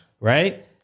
right